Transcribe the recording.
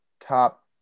top